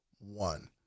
one